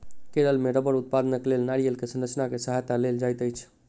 केरल मे रबड़ उत्पादनक लेल नारियल के संरचना के सहायता लेल जाइत अछि